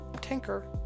tinker